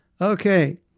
Okay